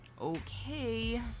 Okay